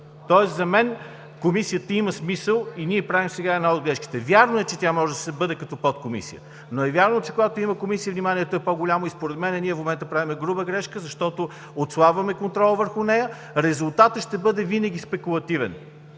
Тоест за мен Комисията има смисъл и ние правим сега една от грешките. Вярно е, че тя можеше да бъде като подкомисия, но е вярно, че когато има Комисия, вниманието е по-голямо и според мен ние в момента правим груба грешка, защото отслабваме контрола върху нея, резултатът ще бъде винаги спекулативен.